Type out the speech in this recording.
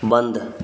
बन्द